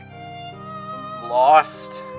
lost